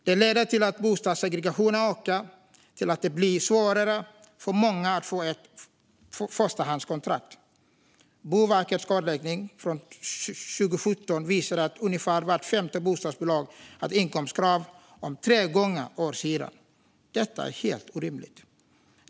Det leder till att bostadssegregationen ökar och till att det blir svårare för många att få ett förstahandskontrakt. Boverkets kartläggning från 2017 visar att ungefär vart femte bostadsbolag har ett inkomstkrav på tre gånger årshyran. Detta är helt orimligt.